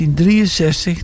1963